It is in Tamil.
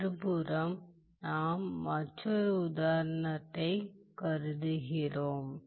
மறுபுறம் நாம் மற்றொரு உதாரணத்தைக் கருதுகிறோம்